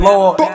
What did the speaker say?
Lord